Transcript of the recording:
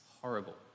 horrible